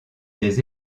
des